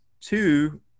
two